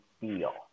feel